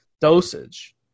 dosage